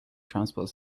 transport